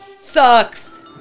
Sucks